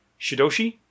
Shidoshi